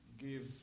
give